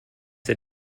did